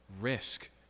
risk